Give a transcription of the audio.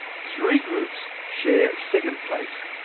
three groups share second place,